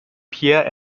pierre